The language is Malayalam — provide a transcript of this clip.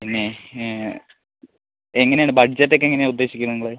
പിന്നെ എങ്ങനെ ആണ് ബഡ്ജറ്റ് ഒക്ക എങ്ങനെയാണ് ഉദ്ദേശിക്കുന്നത് നിങ്ങള്